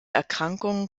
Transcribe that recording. erkrankungen